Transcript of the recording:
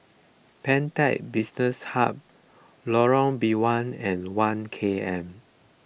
Pantech Business Hub Lorong Biawak and one K M